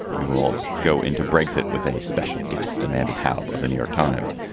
we will go into brexit with a special guest amanda taleb of the new york times.